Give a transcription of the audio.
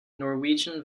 norwegian